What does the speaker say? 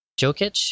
Jokic